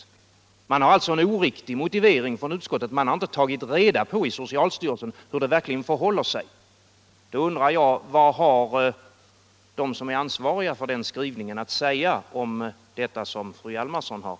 Utskottet har alltså en oriktig motivering och har inte hos socialstyrelsen tagit reda på hur det verkligen förhåller sig. Vad har de som är ansvariga för utskottets skrivning att säga om detta som fru Hjalmarsson nämnde?